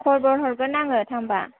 खबर हरगोन आङो थांबा